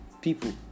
people